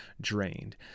drained